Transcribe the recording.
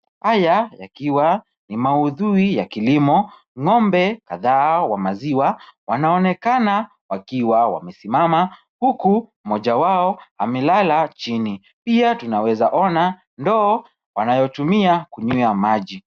Haya yakiwa ni maudhui ya kilimo, ng'ombe kadhaa wa maziwa wanaonekana wakiwa wamesimama huku mmoja wao amelala chini. Pia tunawezaona ndoo wanayotumia kunyea maji.